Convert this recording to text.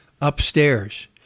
upstairs